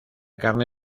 carne